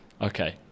Okay